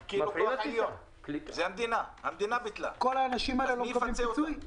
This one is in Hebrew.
המדינה ביטלה, אז מי יפצה אותם?